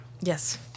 Yes